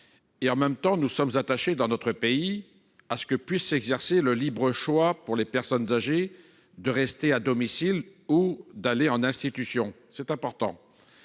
En même temps, nous sommes attachés, dans notre pays, à ce que puisse s’exercer le libre choix pour les personnes âgées de rester à domicile ou d’aller en institution. C’est important.